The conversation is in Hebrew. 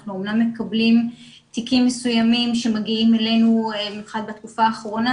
אנחנו אמנם מקבלים תיקים מסוימים שמגיעים אלינו במיוחד בתקופה האחרונה,